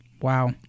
Wow